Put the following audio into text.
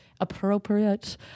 Appropriate